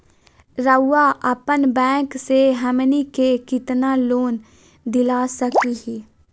रउरा अपन बैंक से हमनी के कितना लोन दिला सकही?